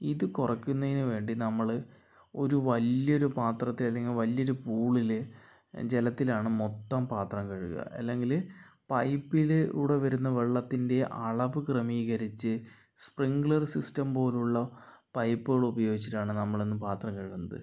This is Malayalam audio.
ഇത് കുറയ്ക്കുന്നതിന് വേണ്ടി നമ്മള് ഒരു വലിയൊരു പാത്രത്തെ അല്ലെങ്കിൽ വലിയൊരു പൂളില് ജലത്തിലാണ് മൊത്തം പാത്രം കഴുകുക അല്ലെങ്കിൽ പൈപ്പിലൂടെ വരുന്ന വെള്ളത്തിൻ്റെ അളവ് ക്രമീകരിച്ച് സ്പ്രിങ്ക്ളെർ സിസ്റ്റം പോലുള്ള പൈപ്പുകൾ ഉപയോഗിച്ചിട്ടാണ് നമ്മളിന്ന് പാത്രം കഴുകുന്നത്